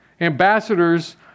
Ambassadors